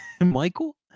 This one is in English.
Michael